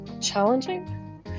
challenging